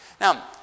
Now